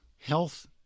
health